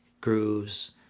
grooves